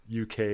UK